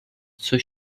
zur